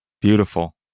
Beautiful